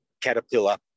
Caterpillar